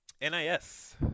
NIS